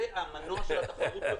זה המנוע של התחרות.